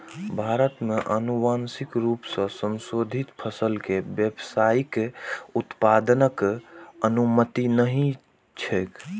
भारत मे आनुवांशिक रूप सं संशोधित फसल के व्यावसायिक उत्पादनक अनुमति नहि छैक